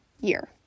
year